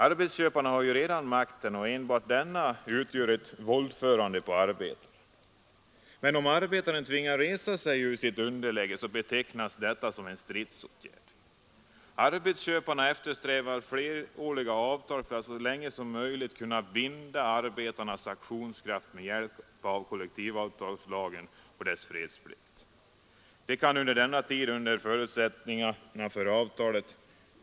Arbetsköparen har redan makten och enbart detta utgör ett våldförande på arbetarna. Men om arbetarna tvingas resa sig ur sitt underläge så betecknas det som en stridsåtgärd. Arbetsköparna eftersträvar fleråriga avtal för att så länge som möjligt kunna binda arbetarnas aktionskraft med hjälp av kollektivavtalslagen och dess fredsplikt. De kan under denna tid ändra förutsättningarna för avtalet.